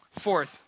Fourth